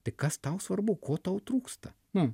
tai kas tau svarbu ko tau trūksta nu